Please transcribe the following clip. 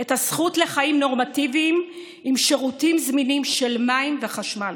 את הזכות לחיים נורמטיביים עם שירותים זמינים של מים וחשמל.